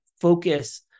focus